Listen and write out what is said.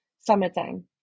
summertime